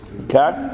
okay